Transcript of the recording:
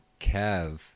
Kev